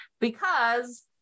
because-